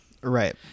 right